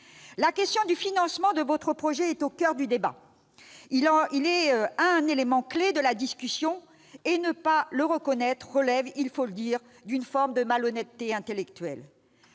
La question du financement de votre projet est au coeur du débat. Il est un élément clef de la discussion. Ne pas le reconnaître relève, il faut le dire, d'une forme de malhonnêteté intellectuelle.